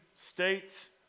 states